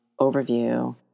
overview